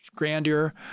grandeur